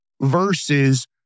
versus